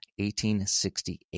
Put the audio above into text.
1868